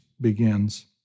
begins